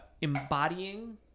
embodying